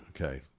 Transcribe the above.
Okay